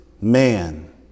man